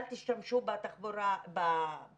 אל תשתמשו ברכבים,